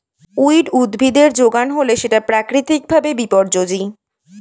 weed উদ্ভিদের যোগান হলে সেটা প্রাকৃতিক ভাবে বিপর্যোজী